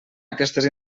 aquestes